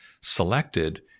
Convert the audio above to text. selected